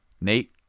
Nate